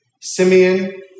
Simeon